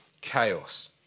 Chaos